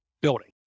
building